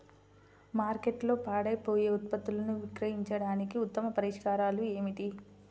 మార్కెట్లో పాడైపోయే ఉత్పత్తులను విక్రయించడానికి ఉత్తమ పరిష్కారాలు ఏమిటి?